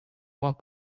what